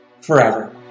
forever